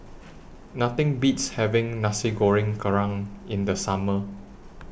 Nothing Beats having Nasi Goreng Kerang in The Summer